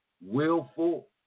willful